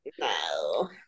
No